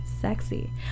Sexy